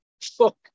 Fuck